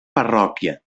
parròquia